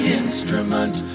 instrument